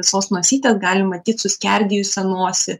visos nosytės galim matyt suskerdėjusią nosį